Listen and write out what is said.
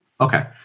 Okay